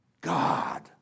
God